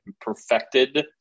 perfected